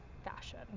fashion